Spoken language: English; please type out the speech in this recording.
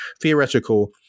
theoretical